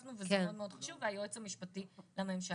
שהוספנו וזה מאוד חשוב, היועץ המשפטי לממשלה.